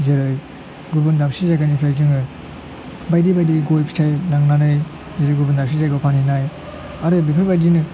जेरै गुबुन दाबसे जायगानिफ्राय जोङो बायदि बायदि गय फिथाइ लांनानै गुबुन दाबसे जायगायाव फानहैनाय आरो बेफोरबादिनो